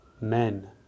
men